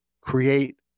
create